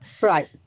Right